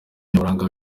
nyaburanga